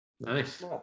Nice